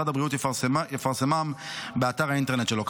שמשרד הבריאות יפרסמם באתר האינטרנט שלו.